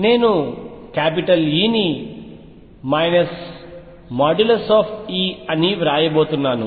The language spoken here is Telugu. నేను E ని |E| అని వ్రాయబోతున్నాను